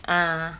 ah